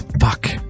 Fuck